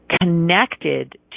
Connected